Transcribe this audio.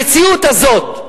המציאות הזאת,